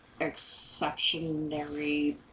exceptionary